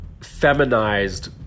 feminized